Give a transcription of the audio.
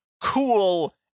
cool